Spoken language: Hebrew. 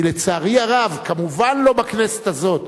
כי לצערי הרב, כמובן לא בכנסת הזאת,